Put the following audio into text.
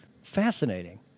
Fascinating